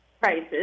prices